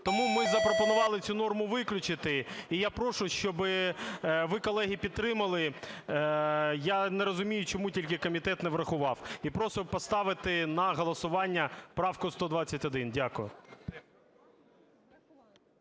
Тому ми запропонували цю норму виключити і я прошу, щоби ви, колеги, підтримали. Я не розумію, чому тільки комітет не врахував. І просимо поставити на голосування правку 121. Дякую.